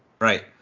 Right